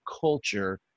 culture